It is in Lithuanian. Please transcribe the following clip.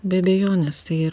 be abejonės tai ir